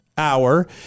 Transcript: Hour